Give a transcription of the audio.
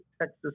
Texas